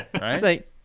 Right